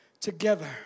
together